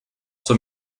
zur